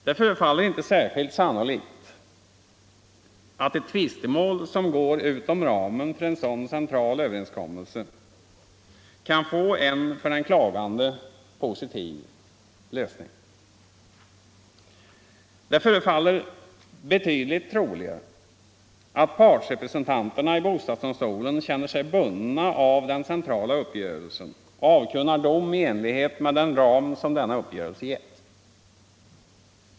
Det förefaller inte särskilt sannolikt att ett tvis temål som går utom ramen för en sådan central överenskommelse kan få en för den klagande positiv lösning. Det är troligare att partsrepresentanterna i bostadsdomstolen känner sig bundna av den centrala uppgörelsen och avkunnar dom i enlighet med den ram som denna uppgörelse gett.